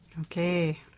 Okay